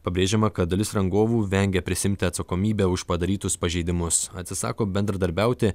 pabrėžiama kad dalis rangovų vengia prisiimti atsakomybę už padarytus pažeidimus atsisako bendradarbiauti